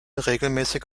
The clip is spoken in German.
regelmäßig